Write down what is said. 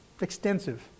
extensive